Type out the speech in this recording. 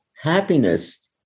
happiness